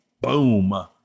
Boom